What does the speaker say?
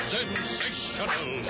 Sensational